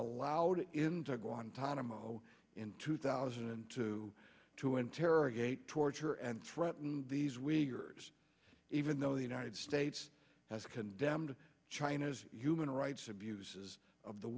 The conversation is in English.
allowed into guantanamo in two thousand and two to interrogate torture and threaten these wiggers even though the united states has condemned china's human rights abuses of the